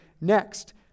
next